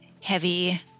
heavy